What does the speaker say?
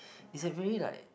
it's like very like